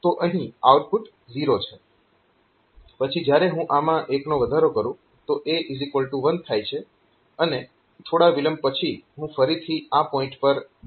પછી જ્યારે હું આમાં 1 નો વધારો કરું તો A1 થાય છે અને થોડા વિલંબ પછી હું ફરીથી આ પોઇન્ટ પર જમ્પ કરું છું